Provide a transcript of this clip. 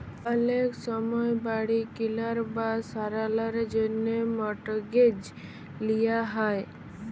অলেক সময় বাড়ি কিলার বা সারালর জ্যনহে মর্টগেজ লিয়া হ্যয়